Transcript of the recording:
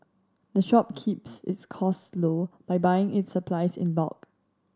the shop keeps its costs low by buying its supplies in bulk